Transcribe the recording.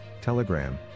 Telegram